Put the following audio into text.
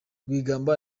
rwigamba